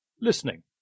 Listening